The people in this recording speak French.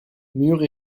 murs